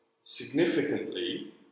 significantly